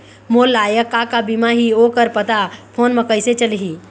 मोर लायक का का बीमा ही ओ कर पता फ़ोन म कइसे चलही?